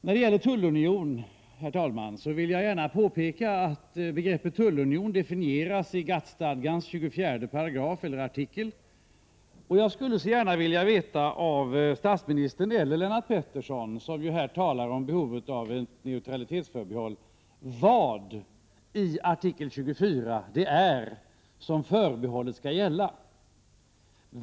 När det gäller frågan om tullunion, herr talman, vill jag gärna påpeka att begreppet tullunion definieras i GATT-stadgans artikel 24. Jag skulle gärna vilja veta — av statsministern, eller av Lennart Pettersson, som ju här talar om behovet av ett neutralitetsförbehåll — vad i artikel 24 som förbehållet skall gälla.